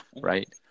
right